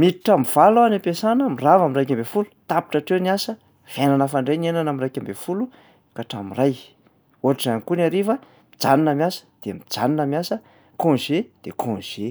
miditra am'valo aho any am-piasana, mirava am'raika amby folo, tapitra hatreo ny asa. Fiainana hafa indray ny iainana am'raika amby folo ka hatram'ray. Ohatr'izay ihany koa ny hariva, mijanona miasa de mijanona miasa, congé de congé.